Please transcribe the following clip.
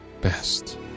best